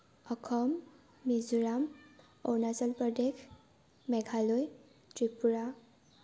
Assam Mizoram Arunachal Pradesh Meghalaya Tripura